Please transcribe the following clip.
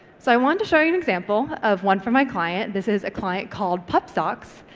so i wanted to show you an example of one from my client. this is a client called pupsocks.